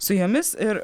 su jumis ir